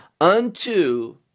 unto